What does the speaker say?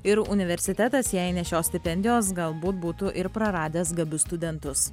ir universitetas jei ne šios stipendijos galbūt būtų ir praradęs gabius studentus